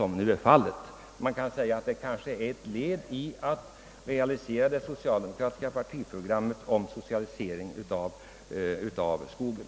Man kan kan ske säga att det är ett led i försöken att realisera det socialdemokratiska partiprogrammet om socialisering av skogen.